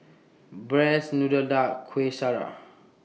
Braised Noodle Duck Kueh Syara